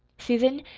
susan,